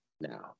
now